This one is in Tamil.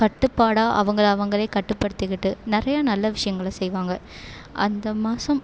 கட்டுப்பாடாக அவங்களை அவங்களே கட்டுப்படுத்திக்கிட்டு நிறைய நல்ல விஷயங்களை செய்வாங்க அந்த மாதம்